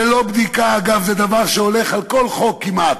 ללא בדיקה, אגב, זה דבר שהולך על כל חוק כמעט,